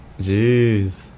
jeez